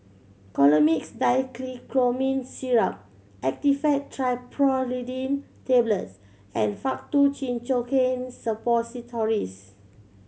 Colimix Dicyclomine Syrup Actifed Triprolidine Tablets and Faktu Cinchocaine Suppositories